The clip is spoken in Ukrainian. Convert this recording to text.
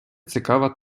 цікава